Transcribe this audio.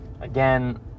Again